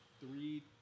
three